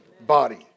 body